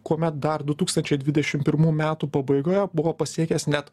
kuomet dar du tūkstančiai dvidešim pirmų metų pabaigoje buvo pasiekęs net